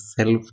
self